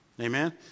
Amen